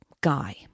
guy